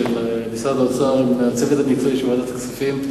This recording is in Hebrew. משרד האוצר ועם הצוות המקצועי של ועדת הכספים,